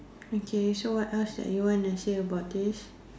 okay so what else that you wanna say about this